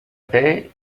paix